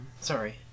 sorry